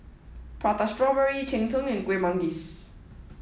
Prata Strawberry Cheng Tng and Kueh Manggis